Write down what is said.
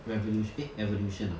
revolu~ eh evolution ah